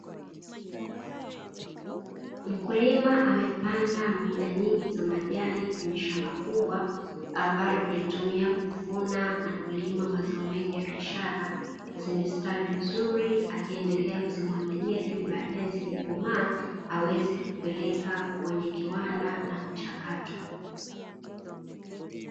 Mkulima amepanda mboga nyingi za majani kwenye shamba kubwa, ambalo hulitumia kuvuna na kulima mazao mengi ya biashara zimestawi vizuri , akiendelea kuzimwagilia ili badae zikikomaa aweze kupeleka kwenye kiwanda na kuchakatwa.